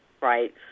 right